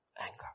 Anger